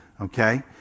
Okay